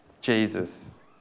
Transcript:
Jesus